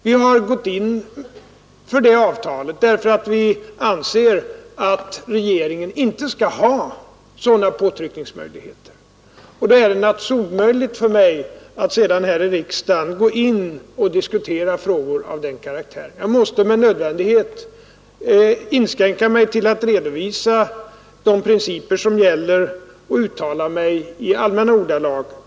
Vi har slutit det avtalet därför att vi anser att regeringen inte skall ha sådana påtryckningsmöjligheter. Då är det naturligtvis omöjligt för mig att här i riksdagen diskutera frågor av den karaktären. Jag måste med nödvändighet inskränka mig till att redovisa de principer som gäller och uttala mig i allmänna ordalag.